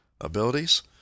abilities